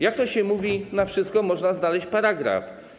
Jak to się mówi, na wszystko można znaleźć paragraf.